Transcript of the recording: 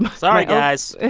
and sorry, guys